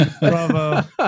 Bravo